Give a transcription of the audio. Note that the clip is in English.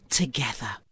together